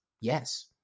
yes